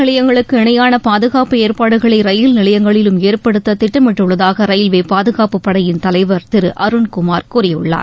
நிலையங்களுக்கு இணையான பாதுகாப்பு ஏற்பாடுகளை விமான ரயில் நிலையங்களிலும் ஏற்படுத்த திட்டமிட்டுள்ளதாக ரயில்வே பாதுகாப்புப் படையின் தலைவர் திரு அருண்குமார் கூறியுள்ளார்